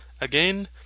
Again